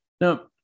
Now